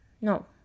No